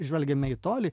žvelgiame į tolį